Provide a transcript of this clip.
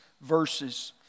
verses